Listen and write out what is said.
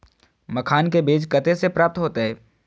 मखान के बीज कते से प्राप्त हैते?